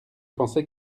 pensais